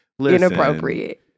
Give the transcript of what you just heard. inappropriate